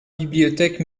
bibliothèque